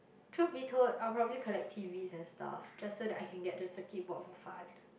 truth be told I will probably collect t_vs and stuff just so that I can get the circuit board for fun